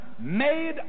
made